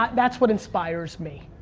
um that's what inspires me.